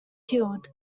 killed